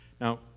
Now